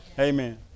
Amen